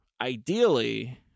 ideally